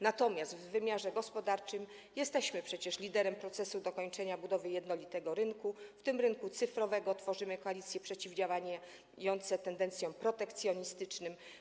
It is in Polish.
Natomiast w wymiarze gospodarczym jesteśmy przecież liderem procesu dokończenia budowy jednolitego rynku, w tym rynku cyfrowego, tworzymy koalicje przeciwdziałające protekcjonistycznym tendencjom.